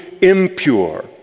impure